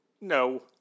No